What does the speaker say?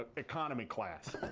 but economy class.